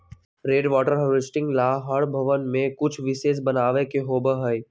rain water harvesting ला हर भवन में कुछ विशेष बनावे के होबा हई